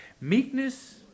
meekness